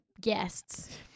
guests